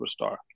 superstar